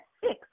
six